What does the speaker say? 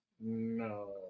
No